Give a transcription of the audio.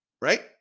Right